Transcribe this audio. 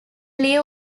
lieu